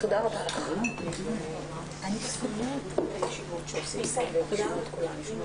הישיבה ננעלה בשעה